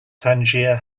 tangier